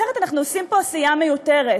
אחרת אנחנו עושים פה עשייה מיותרת.